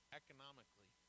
economically